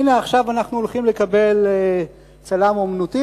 הנה עכשיו אנחנו הולכים לקבל צלם אומנותי